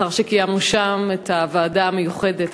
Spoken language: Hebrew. שם קיימנו את ישיבת הוועדה המיוחדת,